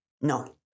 No